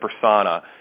persona